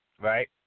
right